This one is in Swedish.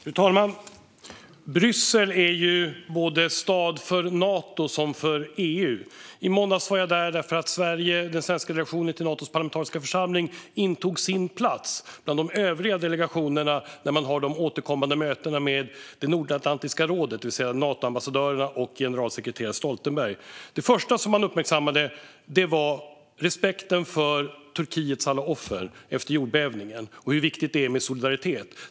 Fru talman! Bryssel är ju en stad såväl för Nato som för EU. I måndags var jag där därför att den svenska delegationen till Natos parlamentariska församling intog sin plats bland de övriga delegationerna i de återkommande mötena med Nordatlantiska rådet, det vill säga Natoambassadörerna och generalsekreterare Stoltenberg. Det första man uppmärksammade var respekten för Turkiets alla offer efter jordbävningen och hur viktigt det är med solidaritet.